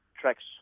tracks